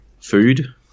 food